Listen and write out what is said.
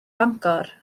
fangor